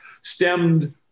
stemmed